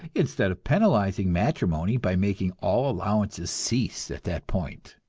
instead of penalizing matrimony by making all allowances cease at that point.